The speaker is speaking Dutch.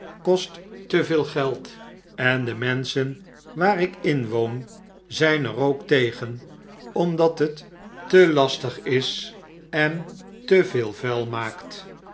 kost te veel geld en de menschen waar ik inwoon zp er ook tegen omdat het te lastig is en te veel vuil maakt